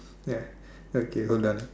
ya okay hold on ah